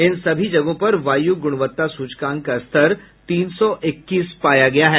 इन सभी जगहों पर वायु गुणवत्ता सूचकांक का स्तर तीन सौ इक्कीस पाया गया है